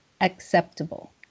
acceptable